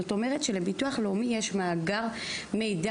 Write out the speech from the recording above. זאת אומרת שלביטוח לאומי יש מאגר מידע.